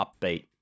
upbeat